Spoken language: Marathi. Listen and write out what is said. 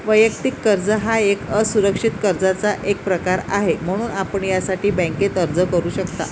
वैयक्तिक कर्ज हा एक असुरक्षित कर्जाचा एक प्रकार आहे, म्हणून आपण यासाठी बँकेत अर्ज करू शकता